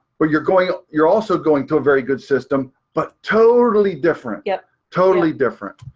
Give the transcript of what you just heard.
but, you're going. you're also going to a very good system, but totally different. yeah totally different.